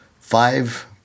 five